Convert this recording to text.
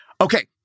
Okay